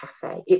cafe